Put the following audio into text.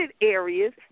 areas